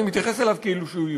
אני מתייחס אליו כאילו הוא יבוצע.